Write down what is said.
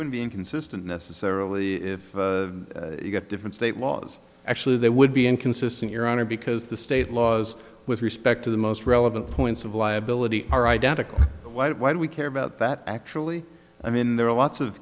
would be inconsistent necessarily if you got different state laws actually they would be inconsistent your honor because the state laws with respect to the most relevant points of liability are identical white why do we care about that actually i mean there are lots of